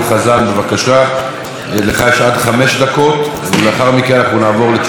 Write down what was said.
ולאחר מכן אנחנו נעבור לתשובתו של יו"ר ועדת החינוך מרגי.